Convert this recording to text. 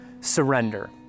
surrender